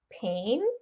pain